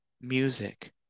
music